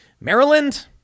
Maryland